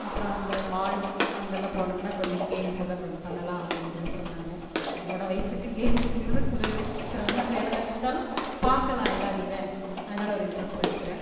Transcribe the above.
அப்புறம் அந்த மால் அங்கெலாம் போனோம்னால் கொஞ்சம் கேம்ஸ் எல்லாம் பண்ணலாம் அப்படினு சொல்லி சொன்னாங்க என்னோடய வயதுக்கு கேம்ஸுங்கிறது ஒரு சிரமமான வேலை தான் இருந்தாலும் பார்க்கலாம்ல அதை அதனால ஒரு இண்ட்ரெஸ்ட்டில் இருக்கிறேன்